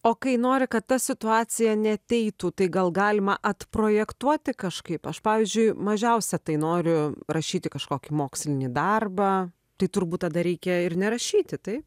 o kai nori kad ta situacija neateitų tai gal galima atprojektuoti kažkaip aš pavyzdžiui mažiausia tai noriu rašyti kažkokį mokslinį darbą tai turbūt tada reikia ir nerašyti taip